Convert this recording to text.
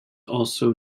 also